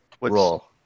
Roll